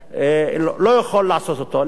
לא יכול לעשות אותו.